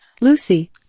Lucy